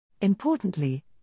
Importantly